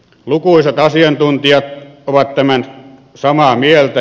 lukuisat asiantuntijat ovat samaa mieltä